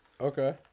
Okay